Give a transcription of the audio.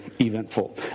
eventful